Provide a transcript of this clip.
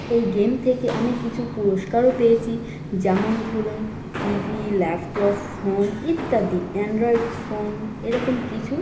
এই গেম থেকে আমি কিছু পুরস্কারও পেয়েছি যেমন ধরুন টিভি ল্যাপটপ ফোন ইত্যাদি অ্যান্ড্রয়েড ফোন এরকম কিছু